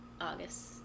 August